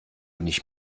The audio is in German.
nicht